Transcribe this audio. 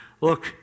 Look